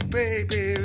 baby